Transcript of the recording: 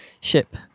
ship